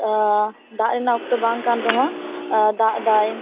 ᱫᱟᱜ ᱨᱮᱱᱟᱜ ᱚᱠᱛᱚ ᱵᱟᱝ ᱠᱟᱱ ᱨᱮᱦᱚᱸ ᱫᱟᱜ ᱮᱫᱟᱭ